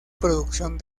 producción